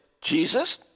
Jesus